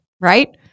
right